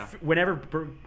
Whenever